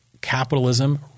Capitalism